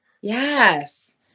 Yes